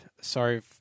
Sorry